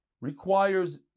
requires